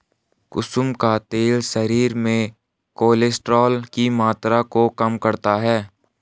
कुसुम का तेल शरीर में कोलेस्ट्रोल की मात्रा को कम करता है